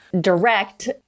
direct